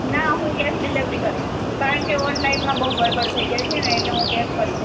ના હું cash delivery કરીશ કારણકે ઓનલાઇનમાં બહુ ગડબડ થઈ જાય છેને એટલે હું કેશ કરીશ